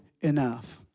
enough